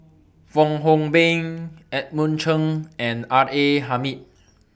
Fong Hoe Beng Edmund Cheng and R A Hamid